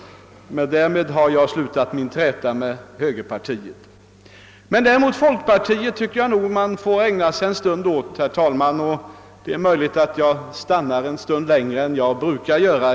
Därmed slutar jag min träta med högerpartiet. Däremot måste jag, herr talman, ägna mig en stund åt folkpartiet och det är möjligt att jag stannar i talarstolen något längre än jag brukar.